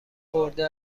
خورده